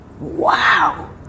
wow